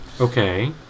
Okay